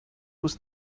was